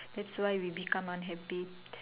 that's why we become unhappy